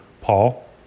Paul